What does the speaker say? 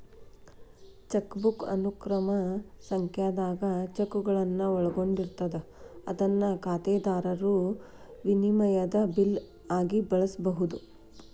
chequebook ಅನುಕ್ರಮ ಸಂಖ್ಯಾದಾಗ ಚೆಕ್ಗಳನ್ನ ಒಳಗೊಂಡಿರ್ತದ ಅದನ್ನ ಖಾತೆದಾರರು ವಿನಿಮಯದ ಬಿಲ್ ಆಗಿ ಬಳಸಬಹುದು